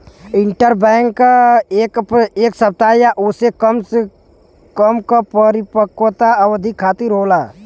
interbank ऋण एक सप्ताह या ओसे कम क परिपक्वता अवधि खातिर होला